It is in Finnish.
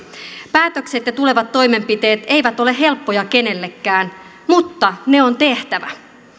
päätökset ja tulevat toimenpiteet eivät ole helppoja kenellekään mutta ne on tehtävä